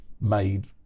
made